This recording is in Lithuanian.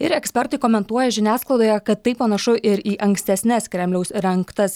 ir ekspertai komentuoja žiniasklaidoje kad tai panašu ir į ankstesnes kremliaus rengtas